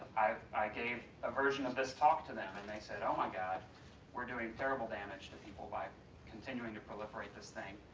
i gave a version of this talk to them and they said, oh my god we are doing terrible damage to people by continuing to proliferate this thing,